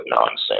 nonsense